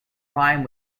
crime